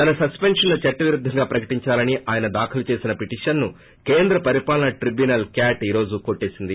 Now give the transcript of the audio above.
తన స్పెన్షన్ను చట్టవిరుద్గంగా ప్రకటించాలని ఆయన దాఖలు చేసిన పిటిషన్ను కేంద్ర పరిపాలనా ట్రిబ్యునల్ క్యాట్ ఈ రోజు కొట్టి పేసింది